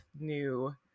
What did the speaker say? new